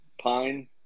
pine